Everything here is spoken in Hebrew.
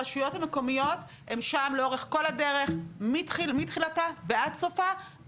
הרשויות המקומיות הן שם לאורך כל הדרך מתחילתה ועד סופה,